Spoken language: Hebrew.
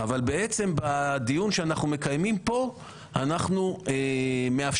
אבל בעצם בדיון שאנחנו מקיימים פה אנחנו מאפשרים